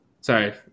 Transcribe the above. Sorry